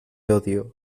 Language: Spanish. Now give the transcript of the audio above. odio